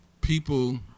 people